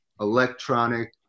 electronic